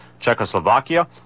Czechoslovakia